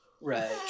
Right